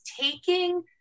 taking